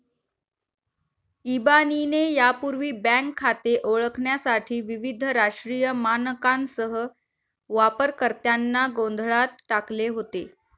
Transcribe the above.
इबानीने यापूर्वी बँक खाते ओळखण्यासाठी विविध राष्ट्रीय मानकांसह वापरकर्त्यांना गोंधळात टाकले होते